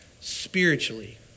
spiritually